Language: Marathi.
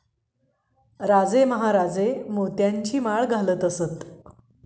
राजा महाराजा मोत्यांची माळ घालत असे